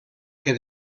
que